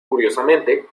curiosamente